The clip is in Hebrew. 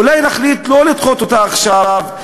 אולי נחליט לא לדחות אותה עכשיו,